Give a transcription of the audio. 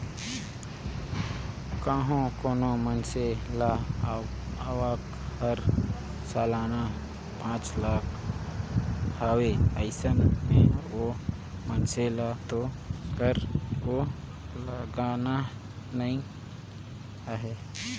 कंहो कोनो मइनसे के आवक हर सलाना पांच लाख हवे अइसन में ओ मइनसे ल तो कर तो लगना ही नइ हे